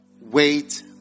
Wait